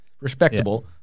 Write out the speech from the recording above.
respectable